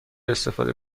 استفاده